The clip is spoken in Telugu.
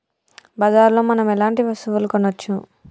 బజార్ లో మనం ఎలాంటి వస్తువులు కొనచ్చు?